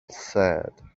said